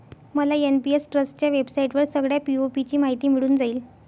मला एन.पी.एस ट्रस्टच्या वेबसाईटवर सगळ्या पी.ओ.पी ची माहिती मिळून जाईल